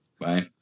Bye